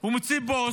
הוא מוציא פוסט,